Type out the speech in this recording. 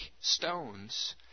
stones